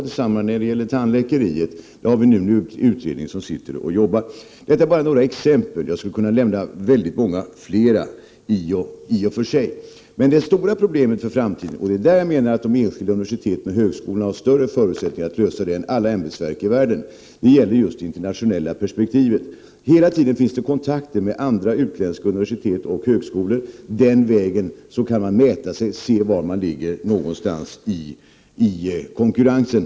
Detsamma gäller tandläkarutbildningen, och där finns det en utredning för närvarande. Detta är bara några exempel. Jag skulle kunna nämna många fler. Men det stora problemet inför framtiden gäller just det internationella perspektivet. Det är där jag menar att de enskilda universiteten och högskolorna har större förutsättningar att lösa problemen än alla ämbetsverk i världen. Hela tiden finns det kontakter med andra utländska universitet och högskolor. På den vägen kan man mäta och se var man ligger någonstans i konkurrensen.